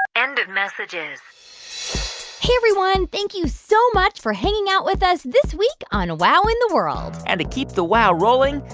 end messages hey, everyone. thank you so much for hanging out with us this week on wow in the world and to keep the wow rolling,